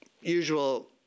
usual